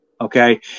okay